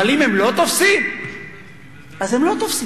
אבל אם הם לא תופסים אז הם לא תופסים,